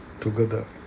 together